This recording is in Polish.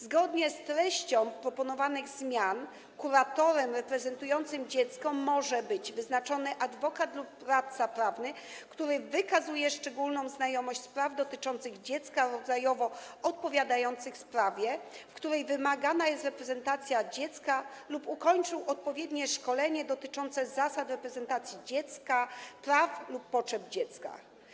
Zgodnie z treścią proponowanych zmian kuratorem reprezentującym dziecko może być wyznaczony adwokat lub radca prawny, który wykazuje szczególną znajomość spraw dotyczących dziecka rodzajowo odpowiadających sprawie, w której wymagana jest reprezentacja dziecka, lub ukończył odpowiednie szkolenie dotyczące zasad reprezentacji dziecka, praw lub potrzeb dziecka.